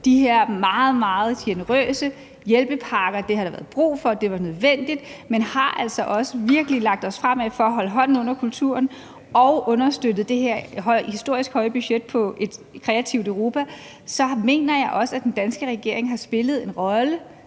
meget, meget generøse hjælpepakker – det har der været brug for, det var nødvendigt – og vi altså virkelig også har lagt os i selen for at holde hånden under kulturen og understøtte det her historisk høje budget for »Et Kreativt Europa«, så mener jeg også, at den danske regering har spillet en rolle,